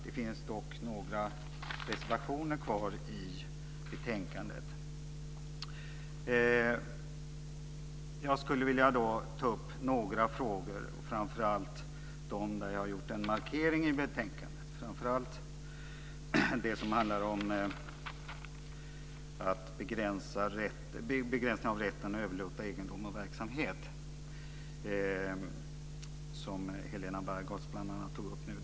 Det finns dock några reservationer i betänkandet. Jag skulle vilja ta upp några frågor, framför allt dem där jag gjort en markering i betänkandet och främst det som handlar om begränsning av rätten att överlåta egendom och verksamhet, som Helena Bargholtz bl.a. tog upp.